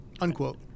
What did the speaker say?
Unquote